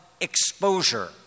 exposure